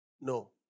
No